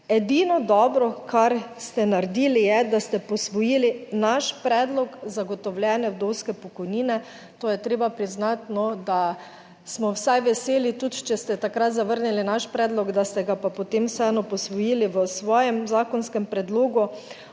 Edino dobro kar ste naredili je, da ste posvojili naš predlog zagotovljene vdovske pokojnine, to je treba priznati, da smo vsaj veseli, tudi če ste takrat zavrnili naš predlog, da ste ga pa potem vseeno posvojili v svojem zakonskem predlogu,